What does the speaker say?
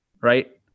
right